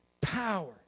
power